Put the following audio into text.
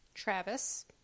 Travis